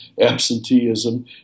absenteeism